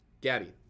Gabby